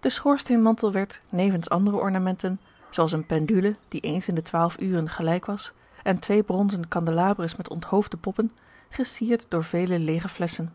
de schoorsteenmantel werd nevens andere ornamenten zooals eene pendule die eens in de twaalf uren gelijk was en twee bronzen kandelabres met onthoofde poppen gesierd door vele leêge flesschen